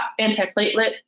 antiplatelet